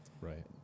right